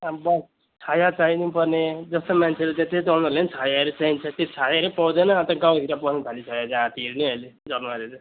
अब छाया चाहिनुपर्ने जस्तो मान्छेहरू चाहिँ त्यही त हो उनीहरूले पनि छायाहरू चाहिन्छ चाहिन्छ त्यो छायाहरू पाउँदैन अन्त गाउँभित्र पस्नु थालिसकेको छ हात्तीहरू नि अहिले जनवारहरू